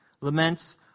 Laments